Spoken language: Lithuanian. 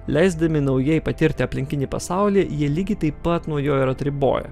leisdami naujai patirti aplinkinį pasaulį jie lygiai taip pat nuo jo ir atriboja